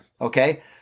Okay